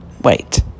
wait